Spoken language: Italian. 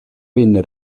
venne